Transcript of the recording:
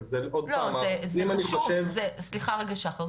אבל --- סליחה רגע שחר,